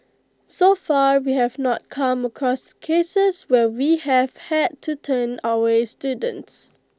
so far we have not come across cases where we have had to turn away students